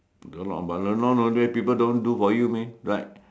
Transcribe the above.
a lot but then nowadays people don't do for you means like